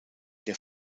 der